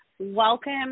Welcome